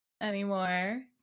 anymore